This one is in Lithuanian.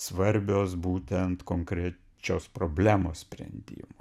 svarbios būtent konkrečios problemos sprendimui